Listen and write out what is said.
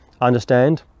understand